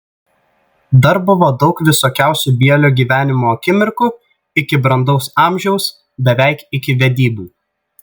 dar buvo daug visokiausių bielio gyvenimo akimirkų iki brandaus amžiaus beveik iki vedybų